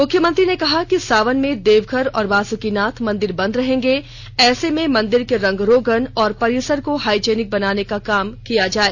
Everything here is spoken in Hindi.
मुख्यमंत्री ने कहा कि सावन में देवघर और वासुकीनाथ मंदिर बंद रहेंगे ऐसे में मंदिर के रंग रोगन और परिसर को हाइजेनिक बनाने का काम किया जाए